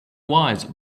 wise